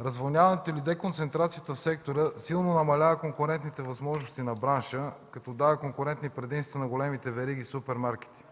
Разводняването или деконцентрацията в сектора силно намалява конкурентните възможности на бранша, като дава конкурентни предимства на големите вериги и супермаркетите.